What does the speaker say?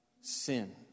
sin